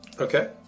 Okay